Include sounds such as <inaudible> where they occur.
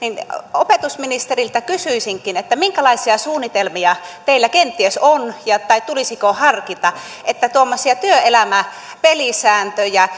opetusministeriltä kysyisinkin minkälaisia suunnitelmia teillä kenties on tai tulisiko harkita että tuommoisia työelämän pelisääntöjä <unintelligible>